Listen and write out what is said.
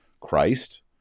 Christ